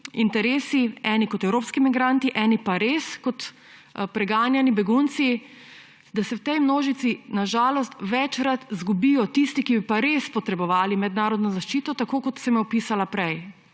interesi, eni kot evropski migranti, eni pa res kot preganjani begunci, da se v tej množici na žalost večkrat izgubijo tisti, ki bi pa res potrebovali mednarodno zaščito, tako kot sem jo opisala prej,